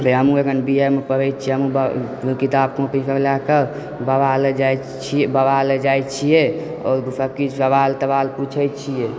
हमहुँ एखन B A मे पढ़य छी हमहुँ किताब कॉपीसभ लएकऽ बाबा लग जाइत छी बाबा लग जाइत छियै आओर सभ किछु सवाल तवाल पूछय छियै